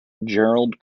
gerald